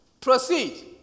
Proceed